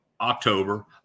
October